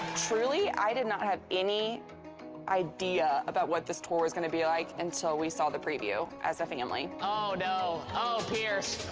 truly, i did not have any idea about what this tour was gonna be like until we saw the preview as a family. oh, no. oh, pierce.